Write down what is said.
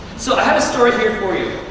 so i have a story here for you.